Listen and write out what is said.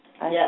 Yes